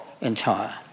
entire